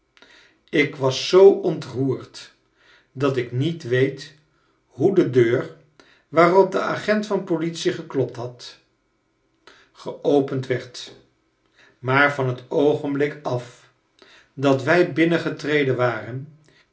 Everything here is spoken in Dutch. ik was zoo ontroerd dat ik niet weet hoe de deur waarop de agent van politie geklopt had geopend werd maar van het oogenblik af dat wij binnengetreden waren